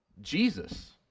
Jesus